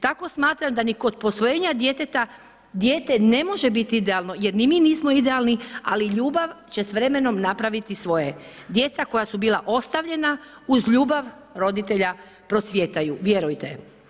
Tako smatram da ni kod posvojenja djeteta ne može biti idealno jer ni mi nismo idealni ali ljubav će s vremenom napraviti svoje, djeca koja su bila ostavljena uz ljubav roditelja procvjetaju, vjerujte.